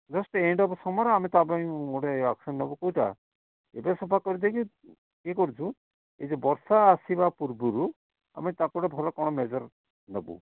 just end of summer ଆମେ ତା' ପାଇଁ ଗୋଟେ ଆକ୍ସନ୍ ନେବୁ କେଉଁଟା ଏବେ ସଫା କରିଦେଇ ୟେ କରୁଛୁ କିନ୍ତୁ ବର୍ଷା ଆସିବା ପୂର୍ବରୁ ଆମେ ତାକୁ ଗୋଟେ ଭଲ କ'ଣ ମେଜର୍ ନେବୁ